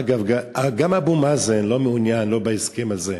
אגב, גם אבו מאזן לא מעוניין, לא בהסכם הזה.